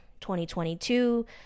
2022